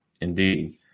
Indeed